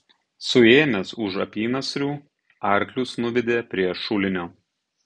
suėmęs už apynasrių arklius nuvedė prie šulinio